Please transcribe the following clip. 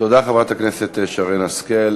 תודה, חברת הכנסת שרן השכל.